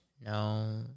no